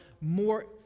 more